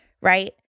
right